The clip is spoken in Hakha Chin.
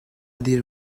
dir